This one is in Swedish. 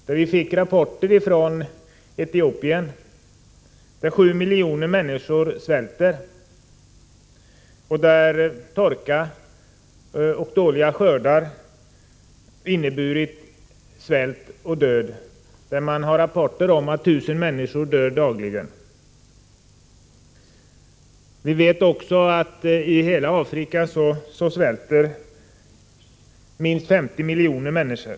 Det rapporterades från Etiopien att där svälter 7 miljoner människor. Torka och dåliga skördar har inneburit svält och död. Det kommer rapporter — Nr 17 om att dagligen dör 1 000 människor. Vi vet också att i hela Afrika svälter Torsdagen den minst 50 miljoner människor.